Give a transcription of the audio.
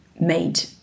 made